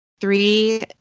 Three